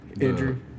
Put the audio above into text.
Andrew